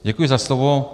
Děkuji za slovo.